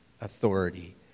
authority